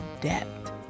depth